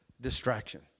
distraction